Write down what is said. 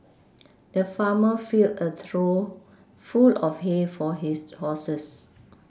the farmer filled a trough full of hay for his horses